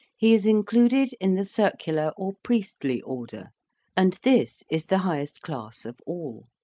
he is included in the circular or priestly order and this is the highest class of all.